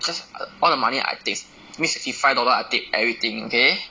cause all the money I take means sixty five dollars I take everything okay